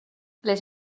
les